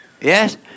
Yes